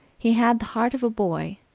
he had the heart of a boy,